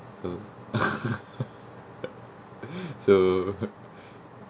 so so